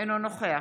תתמכו בחוק.